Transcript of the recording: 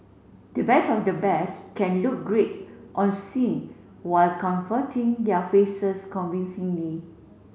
the best of the best can look great on scene while comforting their faces convincingly